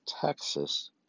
Texas